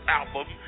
album